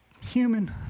human